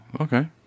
okay